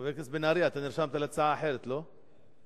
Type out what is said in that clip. חבר הכנסת בן-ארי, אתה נרשמת להצעה אחרת, לא?